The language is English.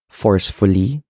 forcefully